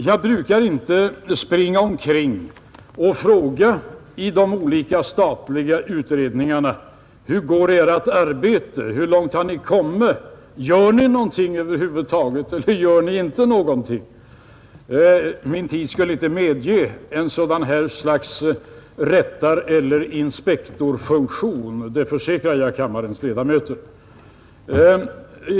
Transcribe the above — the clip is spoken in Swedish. Jag brukar inte springa omkring och fråga i de olika statliga utredningarna: Hur går ert arbete? Hur långt har ni kommit? Gör ni någonting över huvud taget, eller gör ni inte någonting? Min tid skulle inte medge ett sådant slags rättareller inspektorfunktion — det försäkrar jag kammarens ledamöter.